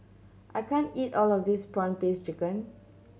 I can't eat all of this prawn paste chicken